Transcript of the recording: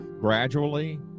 gradually